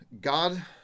God